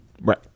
Right